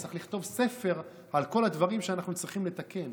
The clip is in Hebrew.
צריך לכתוב ספר על כל הדברים שאנחנו צריכים לתקן.